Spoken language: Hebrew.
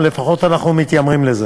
לפחות אנחנו מתיימרים לזה.